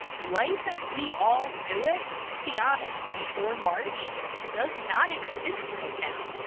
um life as we all knew it let's be honest before march does not exist right now.